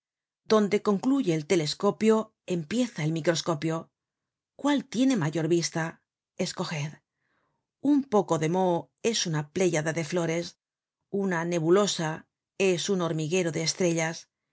donde concluye el telescopio empieza el microscopio cuál tiene mayor vista escoged un poco de moho es una pleyada de flores una nebulosa es un hormiguero de estrellas